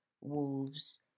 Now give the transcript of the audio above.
Wolves